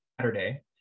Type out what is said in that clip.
Saturday